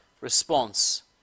response